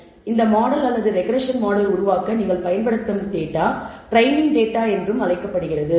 எனவே இந்த மாடல் அல்லது ரெக்ரெஸ்ஸன் மாடல் உருவாக்க நீங்கள் பயன்படுத்தும் டேட்டா ட்ரைனிங் டேட்டா என்றும் அழைக்கப்படுகிறது